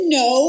no